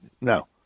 no